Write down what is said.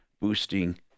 boosting